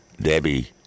Debbie